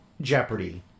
Jeopardy